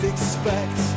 expect